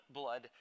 blood